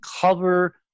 cover